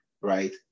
right